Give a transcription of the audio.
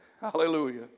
Hallelujah